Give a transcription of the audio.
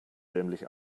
dämlich